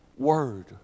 word